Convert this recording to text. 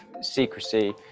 secrecy